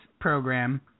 program